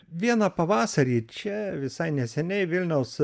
vieną pavasarį čia visai neseniai vilniaus